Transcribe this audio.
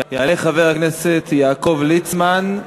יעלה חבר הכנסת יעקב ליצמן.